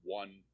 one